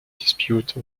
dispute